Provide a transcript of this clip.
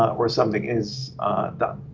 ah where something is done.